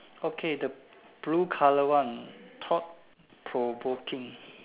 okay the blue color one thought provoking